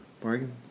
bargain